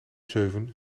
zeven